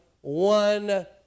one